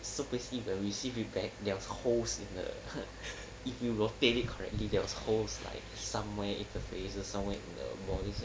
so basically when we received it back there was holes in the if you rotate it correctly there was holes in the faces somewhere in the body so